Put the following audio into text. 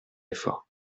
effort